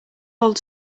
old